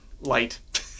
Light